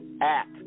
act